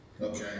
Okay